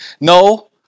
No